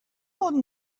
modern